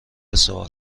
سوال